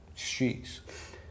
streets